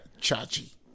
Chachi